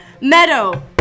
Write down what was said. Meadow